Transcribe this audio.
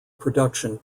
production